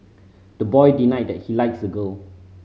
the boy denied that he likes the girl